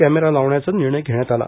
camera लावण्याचा निर्णय घेण्यात आला